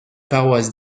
paroisses